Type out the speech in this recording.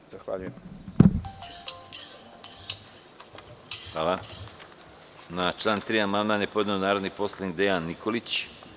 Na član 3. amandman je podneo narodni poslanik Dejan Nikolić.